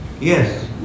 Yes